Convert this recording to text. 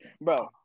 Bro